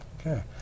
Okay